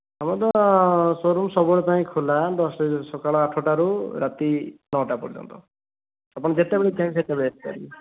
ଆମର ତ ଶୋରୁମ୍ ସବୁବେଳ ପାଇଁ ଖୋଲା ସକାଳ ଆଠଟା ରୁ ରାତି ନଅଟା ପର୍ଯ୍ୟନ୍ତ ଆପଣ ଯେତେବେଳେ ଚାହିଁବେ ସେତେବେଳେ ଆସିପାରିବେ